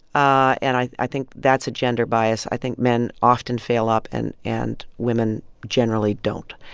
ah and i i think that's a gender bias. i think men often fail up, and and women generally don't.